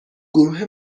گروه